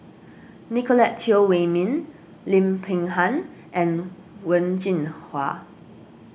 Nicolette Teo Wei Min Lim Peng Han and Wen Jinhua